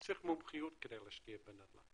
צריך מומחיות כדי להשקיע בנדל"ן